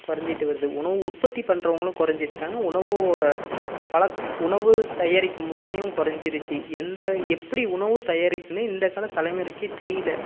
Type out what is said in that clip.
குறஞ்சிட்டு வருது உணவு உற்பத்தி பண்ணுறவங்களும் குறஞ்சிட்டாங்க உணவோட பலக் உணவு தயாரிக்கும் முறையும் குறஞ்சிருச்சி எந்த எப்படி உணவு தயாரிக்கணும்னு இந்தக் கால தலைமுறைக்கே தெரியல